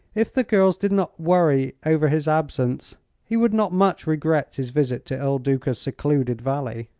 if the girls did not worry over his absence he would not much regret his visit to il duca's secluded valley.